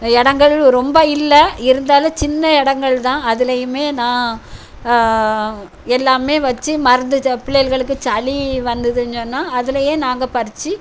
இடங்கள் ரொம்ப இல்லை இருந்தாலும் சின்ன இடங்கள் தான் அதுலேயுமே நான் எல்லாம் வச்சி மருந்து சு பிள்ளையிகளுக்கு சளி வந்துதுன்னு சொன்னால் அதுலேயே நாங்கள் பறித்து